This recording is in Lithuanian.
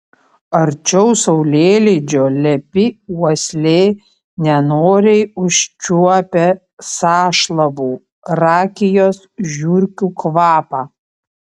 arčiau saulėlydžio lepi uoslė nenoriai užčiuopia sąšlavų rakijos žiurkių kvapą